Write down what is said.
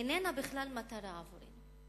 איננה בכלל מטרה עבורי.